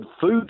food